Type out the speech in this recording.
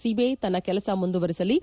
CBI ತನ್ನ ಕೆಲಸ ಮುಂದುವರೆಸಲಿ